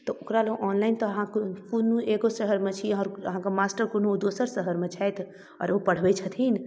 तऽ ओकरालए ऑनलाइन तऽ अहाँके कोनो एगो शहरमे छी आओर अहाँके मास्टर कोनो दोसर शहरमे छथि आओर ओ पढ़बै छथिन